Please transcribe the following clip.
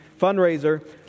fundraiser